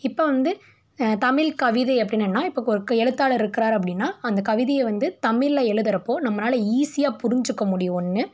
இப்போ வந்து தமிழ் கவிதை அப்படின்னானா இப்போ எழுத்தாளர் இருக்கிறாரு அப்படின்னா அந்த கவிதையை வந்து தமிழில் எழுதுகிறப்போ நம்மளால ஈசியாக புரிஞ்சிக்க முடியும் ஒன்று